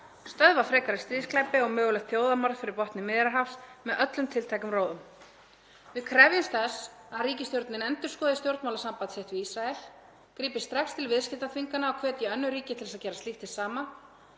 stöðva frekari stríðsglæpi og mögulegt þjóðarmorð fyrir botni Miðjarðarhafs með öllum tiltækum ráðum. Við krefjumst þess að ríkisstjórnin endurskoði stjórnmálasamband sitt við Ísrael, grípi strax til viðskiptaþvingana og hvetji önnur ríki til að gera slíkt hið sama,